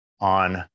on